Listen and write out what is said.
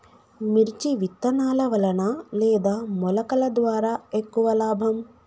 మిర్చి విత్తనాల వలన లేదా మొలకల ద్వారా ఎక్కువ లాభం?